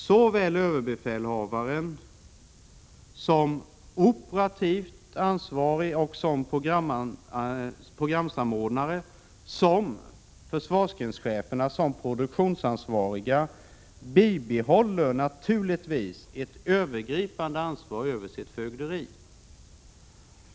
Såväl överbefälhavaren i egenskap av operativt ansvarig och programsamordnare som försvarsgrenscheferna såsom produktionsansvariga bibehåller naturligtvis ett övergripande ansvar för sitt fögderi.